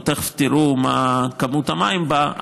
תכף תראו מה כמות המים בה,